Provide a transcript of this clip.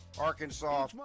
Arkansas